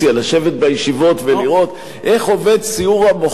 לשבת בישיבות ולראות איך עובד סיעור המוחות